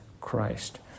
Christ